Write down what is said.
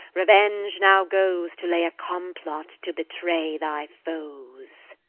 revenge now goes to lay a complot to betray thy foes.